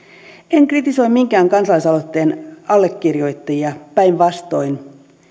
en kritisoi minkään kansalaisaloitteen allekirjoittajia päinvastoin